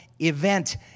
event